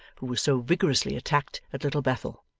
who was so vigorously attacked at little bethel,